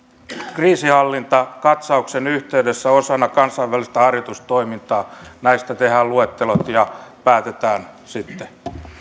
kriisinhallintakatsauksen yhteydessä osana kansainvälistä harjoitustoimintaa näistä tehdään luettelot ja päätetään sitten